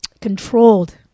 controlled